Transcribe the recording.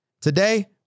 Today